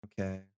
Okay